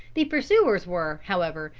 the pursuers were, however,